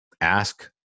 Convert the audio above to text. Ask